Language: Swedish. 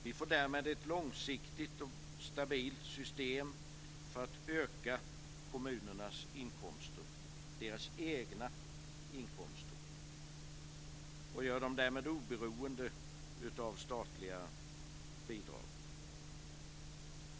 Vi får därmed ett långsiktigt och stabilt system för att öka kommunernas inkomster, deras egna inkomster, och gör dem därmed oberoende av statliga bidrag.